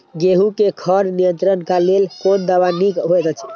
गेहूँ क खर नियंत्रण क लेल कोन दवा निक होयत अछि?